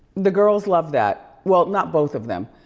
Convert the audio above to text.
the girls love that. well, not both of them.